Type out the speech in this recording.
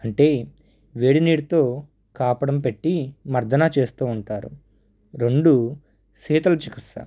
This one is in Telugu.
అంటే వేడినీటితో కాపడం పెట్టి మర్దనా చేస్తూ ఉంటారు రెండు శీతల చికిత్స